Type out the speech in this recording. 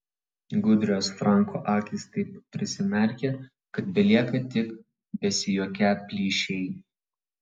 gudrios franko akys taip prisimerkia kad belieka tik besijuokią plyšiai